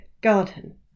garden